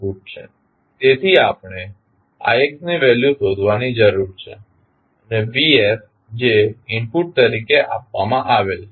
તેથી આપણે ix ની વેલ્યુ શોધવાની જરૂર છે અને vs જે ઇનપુટ તરીકે આપવામાં આવેલ છે